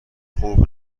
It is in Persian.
خوب